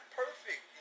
perfect